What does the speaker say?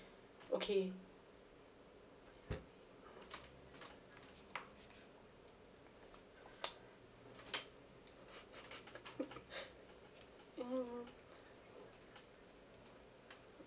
okay mm